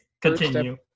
continue